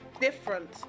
different